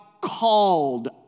called